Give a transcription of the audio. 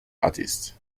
artist